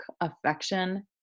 affection